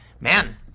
Man